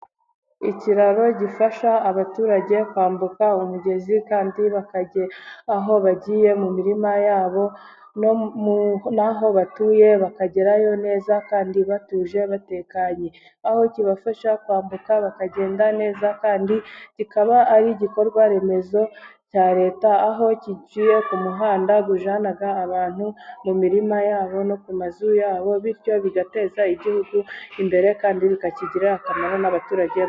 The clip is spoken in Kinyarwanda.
Ikiraro gifasha abaturage kwambuka umugezi kandi bakagera aho bagiye mu mirima yabo, n'aho batuye bakagerayo neza, kandi batuje batekanye. Aho kibafasha kwambuka bakagenda neza, kandi kikaba ari igikorwa remezo cya Leta, aho giciye ku muhanda ujyana abantu mu mirima yabo, no ku mazu yabo. Bityo bigateza igihugu imbere kandi bikakigirira akamaro n'abaturage.